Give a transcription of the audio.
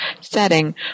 setting